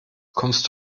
kommst